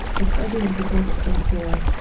the title of the book, therefore,